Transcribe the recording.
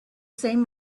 same